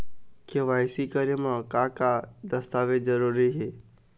KYC करे म का का दस्तावेज जरूरी हे?